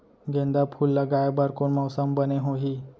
गेंदा फूल लगाए बर कोन मौसम बने होही?